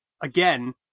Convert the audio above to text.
again